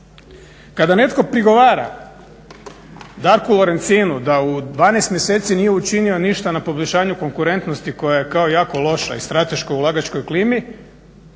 Kada netko prigovara Darku Lorencinu da u 12 mjeseci nije napravio ništa na poboljšanju konkurentnosti koja je kao jako loša i strateško-ulagačkoj klimi